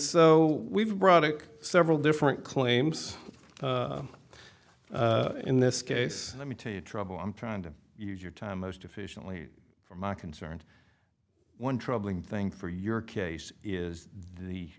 so we've brought it several different claims in this case let me tell you trouble i'm trying to use your time most efficiently for my concerns one troubling thing for your case is the